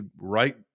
right